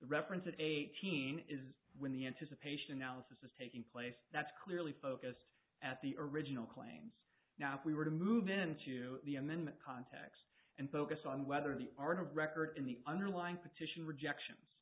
reference of eighteen is when the anticipation alice's taking place that's clearly focused at the original claims now if we were to move into the amendment context and focus on whether the art of record in the underlying petition rejections